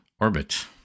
Orbit